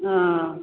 हॅं